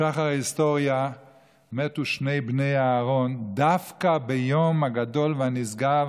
בשחר ההיסטוריה מתו שני בני אהרן דווקא ביום הגדול והנשגב,